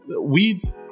weeds